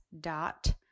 dot